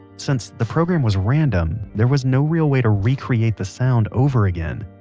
since the program was random there was no real way to recreate the sound over again.